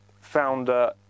founder